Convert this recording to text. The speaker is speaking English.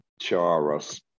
charas